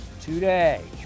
Today